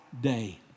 day